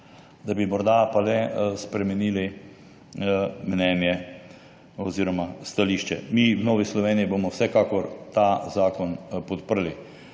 vesti, morda pa le spremenili mnenje oziroma stališče. Mi v Novi Sloveniji bomo vsekakor ta zakon podprli.